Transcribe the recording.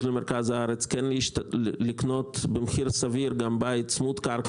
למרכז הארץ כן לקנות במחיר סביר גם בית צמוד קרקע